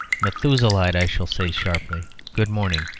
methuselahite, i shall say sharply good morning.